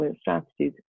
strategies